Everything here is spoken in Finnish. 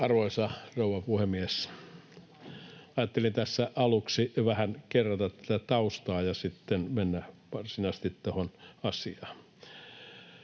Arvoisa rouva puhemies! Ajattelin tässä aluksi jo vähän kerrata tätä taustaa ja sitten mennä varsinaisesti tuohon asiaan.